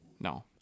no